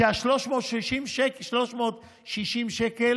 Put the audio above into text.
וה-360 שקלים